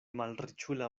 malriĉula